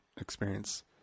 experience